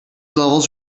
levels